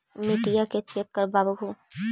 मिट्टीया के चेक करबाबहू?